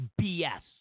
bs